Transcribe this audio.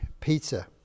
Peter